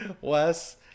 Wes